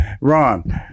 Ron